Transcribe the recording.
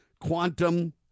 Quantum